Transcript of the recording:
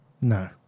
no